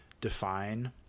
define